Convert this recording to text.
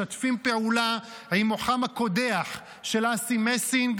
משתפים פעולה עם מוחם הקודח של אסי מסינג